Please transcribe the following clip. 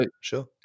sure